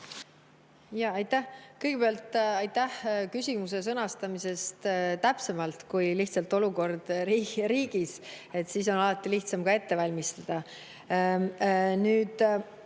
Jaa, aitäh! Kõigepealt, aitäh küsimuse sõnastamise eest täpsemalt kui lihtsalt "Olukord riigis", nii on alati lihtsam ka ette valmistada.